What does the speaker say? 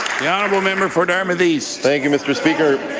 the honourable member for dartmouth east. thank you, mr. speaker.